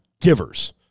givers